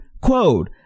quote